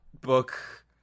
book